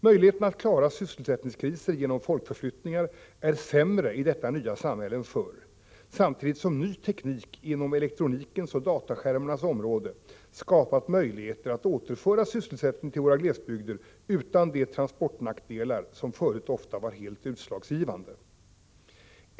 Möjligheterna att klara sysselsättningskriser genom folkförflyttningar är sämre i detta nya samhälle än förr, samtidigt som ny teknik inom elektronikens och dataskärmarnas område skapat möjligheter att återföra sysselsättning till våra glesbygder utan de transportnackdelar som förut ofta var helt utslagsgivande.